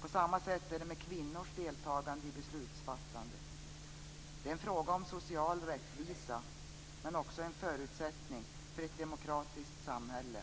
På samma sätt är det med kvinnors deltagande i beslutsfattande. Det är en fråga om social rättvisa, men också en förutsättning för ett demokratiskt samhälle.